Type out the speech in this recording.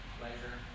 pleasure